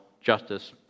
justice